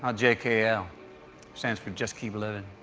um j k ah stands for just keep living.